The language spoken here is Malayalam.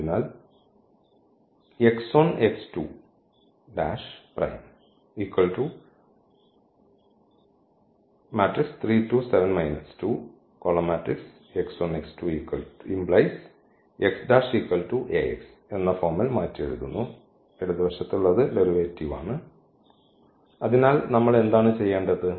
അതിനാൽ അതിനാൽ നമ്മൾ എന്താണ് ചെയ്യേണ്ടത്